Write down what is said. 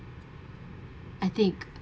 I think